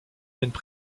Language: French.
domaine